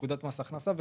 הגדרה בפקודת מס הכנסה.